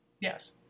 Yes